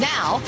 Now